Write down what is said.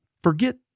forget